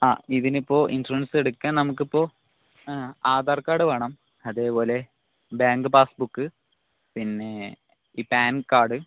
ആ ഇതിനിപ്പോൾ ഇൻഷുറൻസ് എടുക്കാൻ നമുക്കിപ്പോൾ ആധാർ കാർഡ് വേണം അതേപോലെ ബാങ്ക് പാസ് ബുക്ക് പിന്നെ ഈ പാൻ കാർഡ്